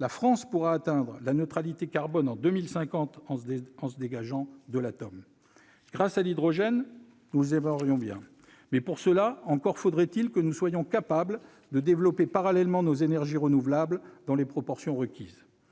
la France pourra atteindre la neutralité carbone en 2050 tout en se dégageant de l'atome, grâce à l'hydrogène. Nous en serions heureux, mais encore faudrait-il pour cela que nous soyons capables de développer parallèlement nos énergies renouvelables dans les proportions requises,